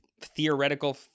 theoretical